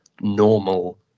normal